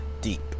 deep